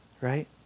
right